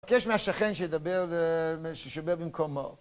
מבקש מהשכן שידבר במקומו